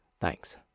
Thanks